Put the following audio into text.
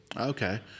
Okay